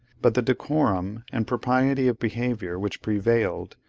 but the decorum and propriety of behaviour which prevailed,